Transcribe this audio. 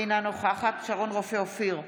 אינה נוכחת שרון רופא אופיר,